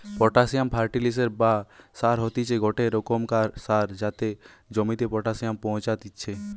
potassium ফার্টিলিসের বা সার হতিছে গটে রোকমকার সার যাতে জমিতে পটাসিয়াম পৌঁছাত্তিছে